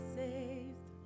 saved